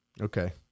Okay